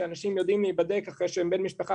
שאנשים יודעים להיבדק אחרי שבן משפחה